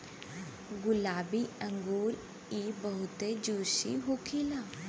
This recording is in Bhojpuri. गुलाबी अंगूर इ बहुते जूसी होखेला